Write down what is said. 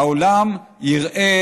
העולם יראה,